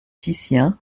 titien